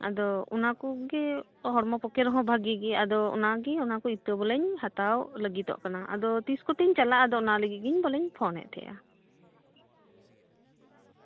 ᱟᱫᱚ ᱚᱱᱟ ᱠᱚᱜᱮ ᱦᱮᱲᱢᱚ ᱯᱚᱠᱠᱷᱮ ᱨᱮᱦᱚᱸ ᱵᱷᱟᱹᱜᱤ ᱜᱮᱭᱟ ᱟᱫᱚ ᱚᱱᱟᱜᱮ ᱚᱱᱟᱠᱚ ᱤᱛᱟᱹ ᱵᱚᱞᱮᱧ ᱦᱟᱛᱟᱣ ᱞᱟᱹᱜᱤᱫᱚᱜ ᱠᱟᱱᱟ ᱟᱫᱚ ᱛᱤᱥ ᱠᱚᱛᱮ ᱵᱚᱞᱮᱧ ᱪᱟᱞᱟᱜᱼᱟ ᱚᱱᱟᱜᱮ ᱚᱱᱟ ᱞᱟᱹᱜᱤᱫ ᱜᱮ ᱵᱚᱞᱮᱧ ᱯᱷᱳᱱᱮᱫ ᱛᱟᱦᱮᱸᱜᱼᱟ